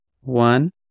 one